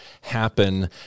happen